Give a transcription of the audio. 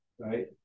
right